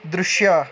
ದೃಶ್ಯ